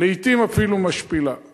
לעתים אפילו משפילה ופוגענית.